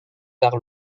par